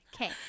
Okay